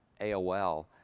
AOL